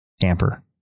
camper